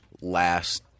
last